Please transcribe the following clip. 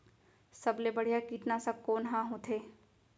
सबले बढ़िया कीटनाशक कोन ह होथे?